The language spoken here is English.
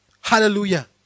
Hallelujah